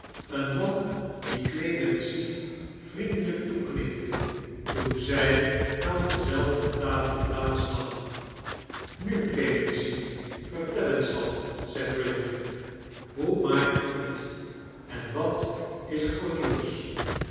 een man die clemency vriendelijk toeknikte toen zij aan dezelfde tafel plaats nam nu clemency vertel eens wat zei britain hoe maak je t en wat is er voor nieuws